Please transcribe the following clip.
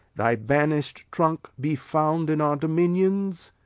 thy banish'd trunk be found in our dominions,